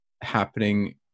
happening